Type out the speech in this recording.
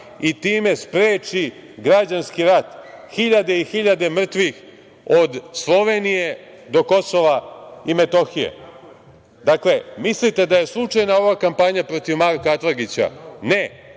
i time spreči građanski rat, hiljade i hiljade mrtvih, od Slovenije do Kosova i Metohije. Dakle, mislite da je slučajna ova kampanja protiv Marka Atlagića? Ne.